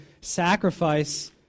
sacrifice